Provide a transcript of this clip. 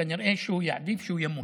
כנראה שהוא יעדיף שהוא ימות.